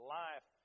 life